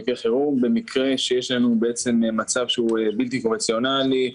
במקרה חירום כמו במצב שהוא בלתי קונבנציונאלי,